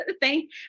thank